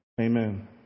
amen